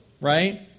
right